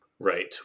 Right